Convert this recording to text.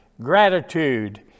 gratitude